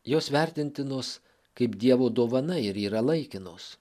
jos vertintinos kaip dievo dovana ir yra laikinos